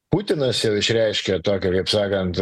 putinas jau išreiškė tokią kaip sakant